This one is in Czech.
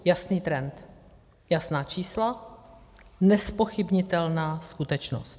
Jasný trend, jasná čísla, nezpochybnitelná skutečnost.